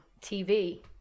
TV